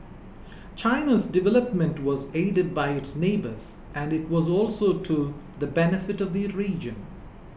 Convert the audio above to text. China's development was aided by its neighbours and it was also to the benefit of the region